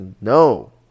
No